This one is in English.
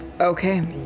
Okay